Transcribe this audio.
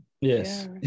yes